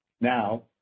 now